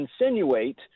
insinuate